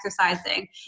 exercising